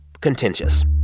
contentious